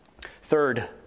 Third